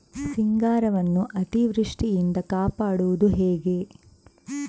ಸಿಂಗಾರವನ್ನು ಅತೀವೃಷ್ಟಿಯಿಂದ ಕಾಪಾಡುವುದು ಹೇಗೆ?